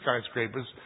skyscrapers